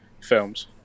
films